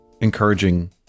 encouraging